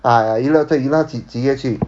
ah ah 宜乐对宜乐他几月去